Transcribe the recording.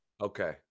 Okay